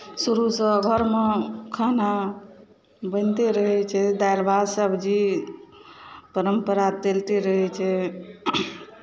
शुरूसँ घरमे खाना बनिते रहै छै दालि भात सब्जी परम्परा चलिते रहै छै